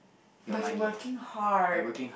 by working hard